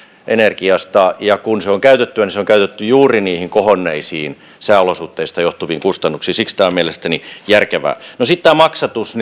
energiasta ja kun se on käytettyä niin se on käytetty juuri niihin kohonneisiin sääolosuhteista johtuneisiin kustannuksiin siksi tämä on mielestäni järkevää no sitten tämä maksatus